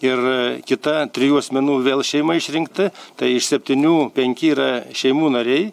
ir kita trijų asmenų vėl šeima išrinkta tai iš septynių penki yra šeimų nariai